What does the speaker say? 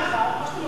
כמו שאתם עושים פה,